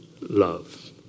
love